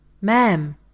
Ma'am